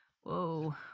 whoa